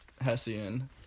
Hessian